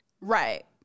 Right